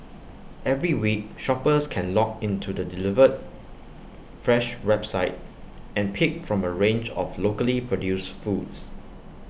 every week shoppers can log into the delivered fresh website and pick from A range of locally produced foods